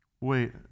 Wait